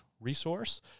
resource